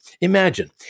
imagine